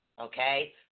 okay